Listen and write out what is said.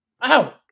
ow